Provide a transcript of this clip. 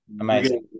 amazing